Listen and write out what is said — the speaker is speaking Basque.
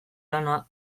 lana